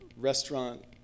restaurant